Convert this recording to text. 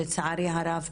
לצערי הרב,